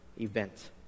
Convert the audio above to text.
event